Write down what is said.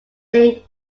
think